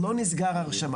לעשות גם חשיבה פנימית,